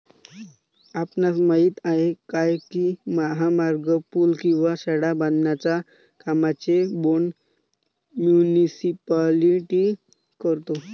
आपणास माहित आहे काय की महामार्ग, पूल किंवा शाळा बांधण्याच्या कामांचे बोंड मुनीसिपालिटी करतो?